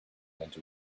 went